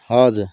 हजर